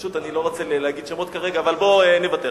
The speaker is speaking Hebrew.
פשוט אני לא רוצה להגיד שמות כרגע, אבל בוא נוותר.